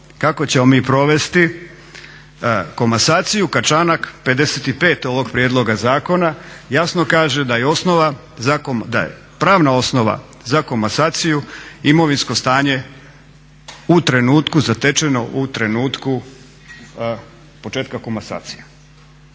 kako ćemo mi provesti komasaciju kad članak 55. ovog prijedloga zakona jasno kaže da je pravna osnova za komasaciju imovinsko stanje zatečeno u trenutku početka komasacije.